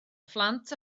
phlant